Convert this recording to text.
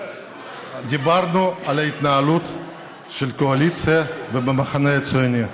דיברנו על ההתנהלות של הקואליציה ושל המחנה הציוני.